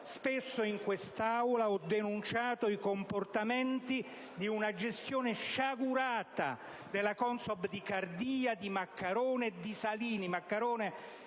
In questa Aula ho spesso denunciato i comportamenti di una gestione sciagurata della CONSOB di Cardia, di Maccarone e di Salvini;